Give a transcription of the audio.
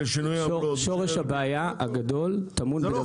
שורש הבעיה הגדול טמון ב --- זה לא